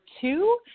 two